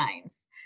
times